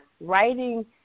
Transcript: writing